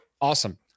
awesome